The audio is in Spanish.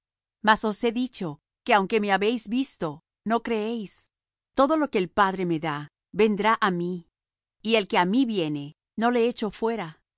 os he dicho que aunque me habéis visto no creéis todo lo que el padre me da vendrá á mí y al que á mí viene no le hecho fuera